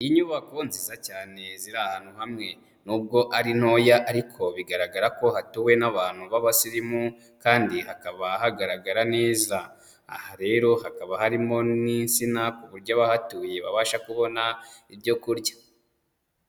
Inyubako nziza cyane ziri ahantu hamwe n'ubwo ari ntoya ariko bigaragarako hatuwe n'abantu b'abasirimu, kandi hakaba hagaragara neza. Aha rero hakaba harimo n'insina ku buryo abahatuye babasha kubona ibyo kurya.